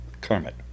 Kermit